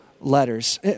letters